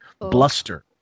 bluster